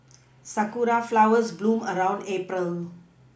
sakura flowers bloom around April